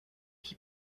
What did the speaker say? qui